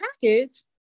package